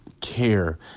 care